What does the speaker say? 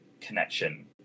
connection